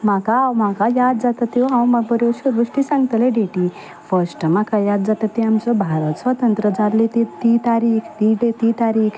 म्हाका म्हाका याद जाता त्यो हांव बऱ्योचश्यो बेश्टी सांगतलें डेटी फर्स्ट म्हाका याद जाता ती आमचो भारत स्वतंत्र जाल्ली ती ती तारीख ती डेट ती तारीख